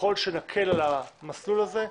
ככל שנקל על המסלול הזה,